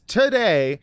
today